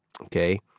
Okay